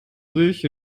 sich